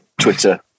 Twitter